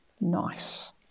nice